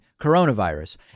coronavirus